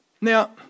Now